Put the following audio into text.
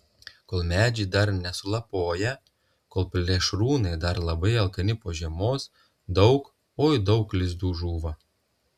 kol medžiai dar nesulapoję kol plėšrūnai dar labai alkani po žiemos daug oi daug lizdų žūva